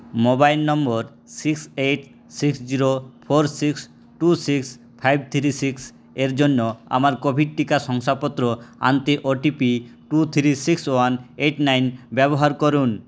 mobile number six eight six zero four six two six five three six এর জন্য আমার covid টিকা শংসাপত্র আনতে OTP two three six one eight nine ব্যবহার করুন